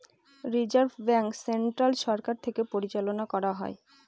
reserve bank central সরকার থেকে পরিচালনা করা হয়